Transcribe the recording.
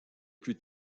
plus